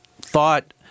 thought